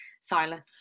silence